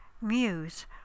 muse